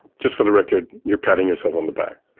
just for the record, you're putting yourself on the back